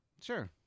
Sure